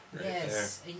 Yes